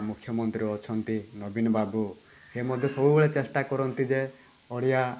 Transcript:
ମୁଖ୍ୟମନ୍ତ୍ରୀ ଅଛନ୍ତି ନବୀନବାବୁ ସେ ମଧ୍ୟ ସବୁବେଳେ ଚେଷ୍ଟା କରନ୍ତି ଯେ ଓଡ଼ିଆ